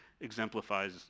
exemplifies